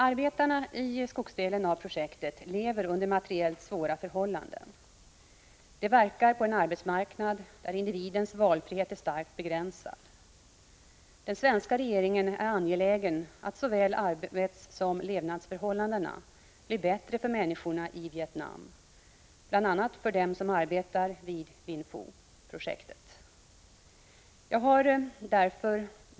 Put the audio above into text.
Arbetarna i skogsdelen av projektet lever under materiellt svåra förhållanden. De verkar på en arbetsmarknad där individens valfrihet är starkt begränsad. Den svenska regeringen är anglägen att såväl arbetssom levnadsförhållandena blir bättre för människorna i Vietnam, bl.a. för dem som arbetar vid Vinh Phu-projektet.